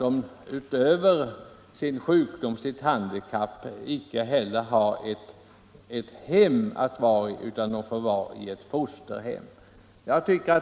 Utöver sin sjukdom, sitt handikapp är de missgynnade genom att de inte har ett hem att vara i; de får bo i ett fosterhem.